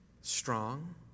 strong